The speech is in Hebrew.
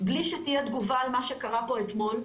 בלי שתהיה תגובה על מה שקרה פה אתמול.